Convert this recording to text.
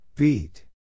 Beat